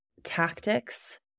Tactics